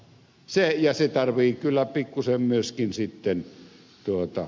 se tarvitsee pikkuisen myöskin sitten valuuttaa